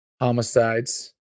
homicides